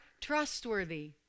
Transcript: trustworthy